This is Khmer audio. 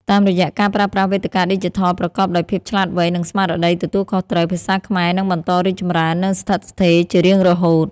តាមរយៈការប្រើប្រាស់វេទិកាឌីជីថលប្រកបដោយភាពឆ្លាតវៃ និងស្មារតីទទួលខុសត្រូវ ភាសាខ្មែរនឹងបន្តរីកចម្រើន និងស្ថិតស្ថេរជារៀងរហូត។